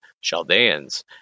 chaldeans